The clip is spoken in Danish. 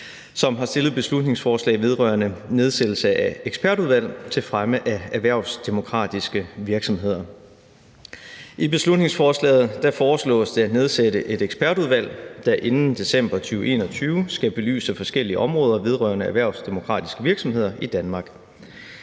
som har fremsat et beslutningsforslag vedrørende nedsættelse af et ekspertudvalg til fremme af erhvervsdemokratiske virksomheder. I beslutningsforslaget foreslås det at nedsætte et ekspertudvalg, der inden december 2021 skal belyse forskellige områder vedrørende erhvervsdemokratiske virksomheder i Danmark.